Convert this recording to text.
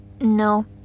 No